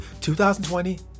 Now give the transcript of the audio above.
2020